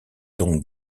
donc